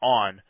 on